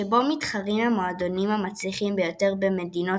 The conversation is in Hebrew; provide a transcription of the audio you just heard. שבו מתחרים המועדונים המצליחים ביותר במדינות